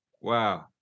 wow